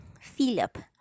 Philip